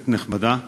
כנסת נכבדה,